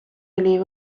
oli